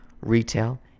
retail